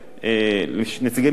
המשרד להגנת הסביבה,